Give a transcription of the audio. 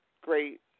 great